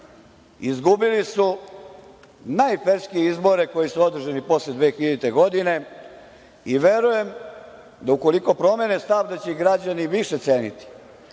Izgubili su najferskije izbore koji su održani posle 2000. godine i verujem, da ukoliko promene stav, da će ih građani više ceniti.